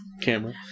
Camera